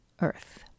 Earth